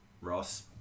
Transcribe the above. Ross